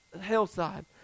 hillside